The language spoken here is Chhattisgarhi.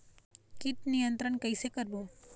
कीट नियंत्रण कइसे करबो?